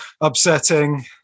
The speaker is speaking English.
upsetting